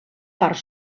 part